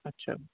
اچھا